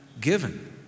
given